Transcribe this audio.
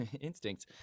instincts